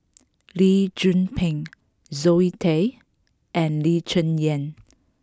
Lee Tzu Pheng Zoe Tay and Lee Cheng Yan